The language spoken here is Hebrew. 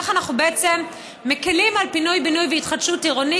איך אנחנו בעצם מקילים על פינוי-בינוי והתחדשות עירונית,